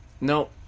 No